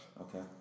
Okay